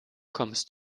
kommst